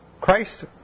Christ